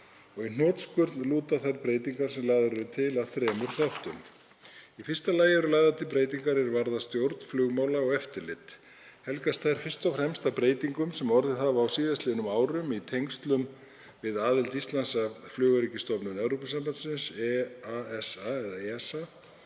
Í hnotskurn lúta þær breytingar sem lagðar eru til að þremur þáttum. Í fyrsta lagi eru lagðar til breytingar er varða stjórn flugmála og eftirlit. Helgast þær fyrst og fremst af breytingum sem orðið hafa á síðastliðnum árum í tengslum við aðild Íslands að Flugöryggisstofnun Evrópusambandsins EASA og er